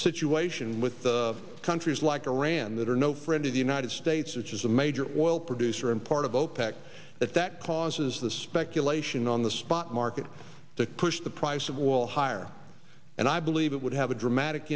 situation with the countries like iran that are no friend of the united states which is a major oil producer in part of opec that that causes the speculation on the spot market to push the price of oil higher and i believe it would have a dramatic